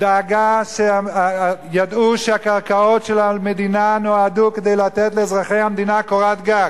ידעו שהקרקעות של המדינה נועדו לתת לאזרחי המדינה קורת גג,